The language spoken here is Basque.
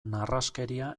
narraskeria